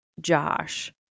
Josh